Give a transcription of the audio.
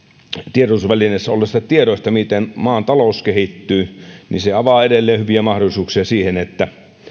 tiedotusvälineissä olleista tiedoista miten maan talous kehittyy niin se avaa edelleen hyviä mahdollisuuksia siihen että